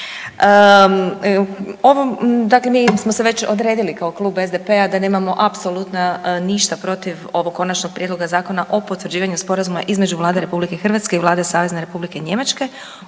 Dakle, mi smo se već odredili kao Klub SDP-a da nemamo apsolutno ništa protiv ovog Konačnog prijedloga zakona o potvrđivanju sporazuma između Vlade Republike Hrvatske i Vlade Savezne Republike Njemačke,